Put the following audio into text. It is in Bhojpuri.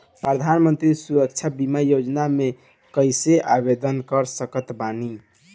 प्रधानमंत्री सुरक्षा बीमा योजना मे कैसे आवेदन कर सकत बानी?